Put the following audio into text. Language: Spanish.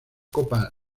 copa